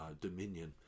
dominion